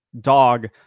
dog